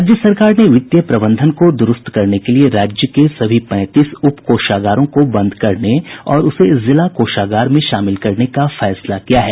राज्य सरकार ने वित्तीय प्रबंधन को दुरूस्त करने के लिए राज्य के सभी पैंतीस उप कोषागारों को बंद करने और उसे जिला कोषागार में शामिल करने का फैसला किया है